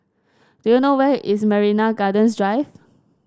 do you know where is Marina Gardens Drive